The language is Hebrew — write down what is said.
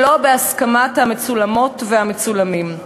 שלא בהסכמת המצולמות והמצולמים.